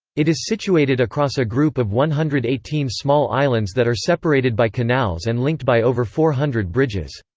it is situated across a group of one hundred and eighteen small islands that are separated by canals and linked by over four hundred bridges.